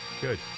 Good